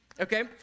Okay